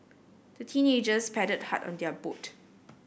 the teenagers paddled hard on their boat